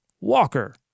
Walker